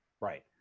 Right